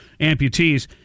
amputees